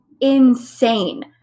insane